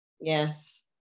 yes